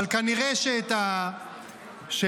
אבל כנראה שאת הבסיס